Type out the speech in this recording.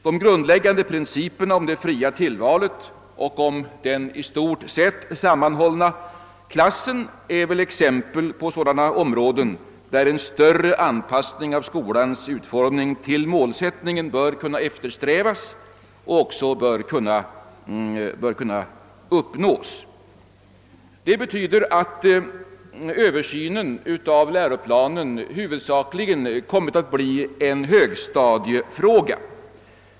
De grundläggande principerna om det fria tillvalet och om den i stort sett sammanhållna klassen är exempel på sådana områden där en större anpassning av skolans utformning till målsättningen bör kunna eftersträvas och även bör kunna uppnås. Det betyder att översynen av läroplanen huvudsakligen kommit att bli en högstadiefråga.